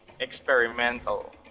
experimental